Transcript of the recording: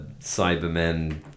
Cybermen